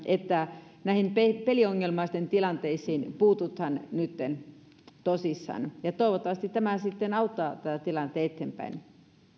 että näiden peliongelmaisten tilanteisiin puututaan nytten tosissaan toivottavasti tämä sitten auttaa tätä tilannetta eteenpäin